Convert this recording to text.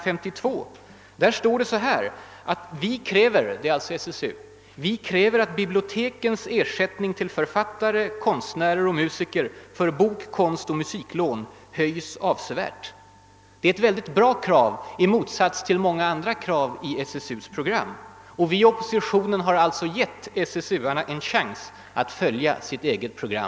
52 står det: Vi kräver »att bibliotekens ersättning till författare, konstnärer och musiker för bok-, konstoch musiklån höjs avsevärt». Det är ett bra krav, i motsats till många andra krav i SSU:s program. Vi i oppositionen har gett SSU-arna en chans att härvidlag följa sitt eget program.